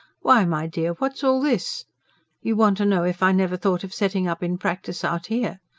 why, my dear, what's all this you want to know if i never thought of setting up in practice out here?